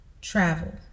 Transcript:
travel